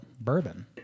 bourbon